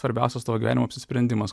svarbiausias to gyvenimo apsisprendimas